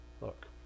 Look